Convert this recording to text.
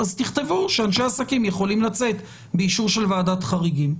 אז תכתבו שאנשי עסקים יכולים לצאת באישור של ועדת חריגים.